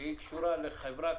שהיא קשורה לחברה,